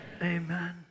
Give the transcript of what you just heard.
amen